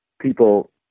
people